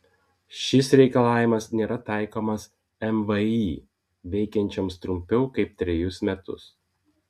šis reikalavimas nėra taikomas mvį veikiančioms trumpiau kaip trejus metus